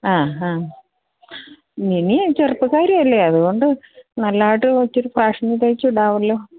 ആ ഹാ മിനി ചെറുപ്പക്കാരിയല്ലേ അതുകൊണ്ട് നല്ലതായിട്ട് ഇത്തിരി ഫാഷനില് തയ്ച്ചിടാമല്ലോ